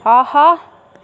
ஆஹா